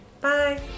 Bye